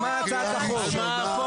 מי בעד לקריאה ראשונה?